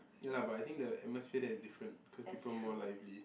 ya lah but I think the atmosphere there is different cause people more lively